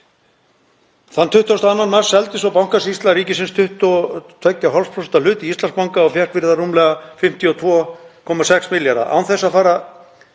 Þann 22. mars seldi svo Bankasýsla ríkisins 22% hlut í Íslandsbanka og fékk fyrir það rúmlega 52,6 milljarða